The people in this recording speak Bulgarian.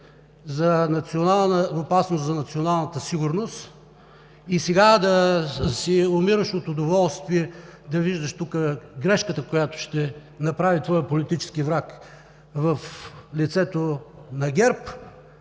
за националната сигурност, и сега да си умираш от удоволствие да виждаш тук грешката, която ще направи твоят политически враг в лицето на ГЕРБ.